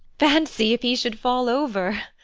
fancy, if he should fall over!